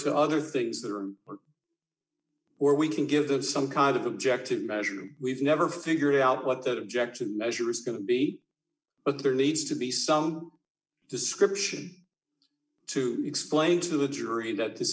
to other things that are or we can give them some kind of objective measure we've never figured out what that objective measure is going to be but there needs to be some description to explain to the jury that this